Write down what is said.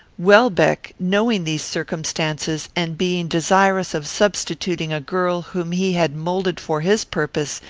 welbeck, knowing these circumstances, and being desirous of substituting a girl whom he had moulded for his purpose,